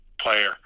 player